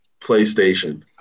PlayStation